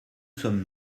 sommes